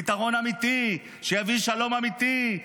פתרון אמיתי שיביא שלום אמיתי,